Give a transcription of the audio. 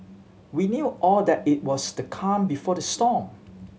we knew all that it was the calm before the storm